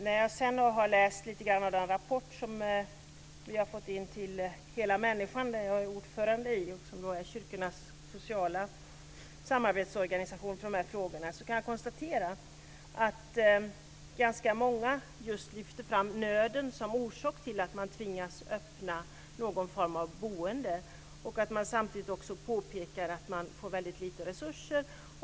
När jag har läst lite grann av den rapport som vi har fått in till "Hela människan", som jag är ordförande i och som är kyrkornas sociala samarbetsorganisation för de här frågorna, kan jag konstatera att ganska många just lyfter fram nöden som orsak till att man tvingas öppna någon form av boende. Samtidigt påpekar man också att man får väldigt lite resurser.